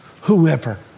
whoever